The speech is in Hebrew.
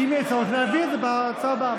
אם יהיה צורך, נעביר את זה בהצעה הבאה.